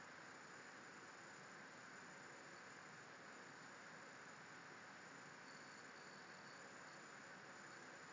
ya true